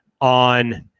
on